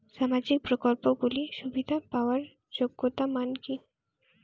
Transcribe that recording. সামাজিক প্রকল্পগুলি সুবিধা পাওয়ার যোগ্যতা মান কি?